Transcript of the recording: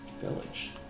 village